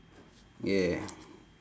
yeah